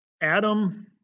Adam